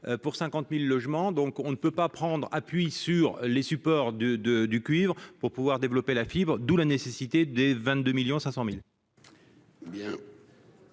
pour 50000 logements, donc on ne peut pas prendre appui sur les supports de de du cuivre pour pouvoir développer la fibre d'où la nécessité des 22 1000000